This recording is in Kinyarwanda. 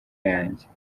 yanjye